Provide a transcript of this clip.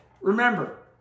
remember